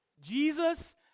Jesus